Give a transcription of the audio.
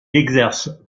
exerce